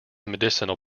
medicinal